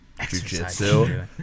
jujitsu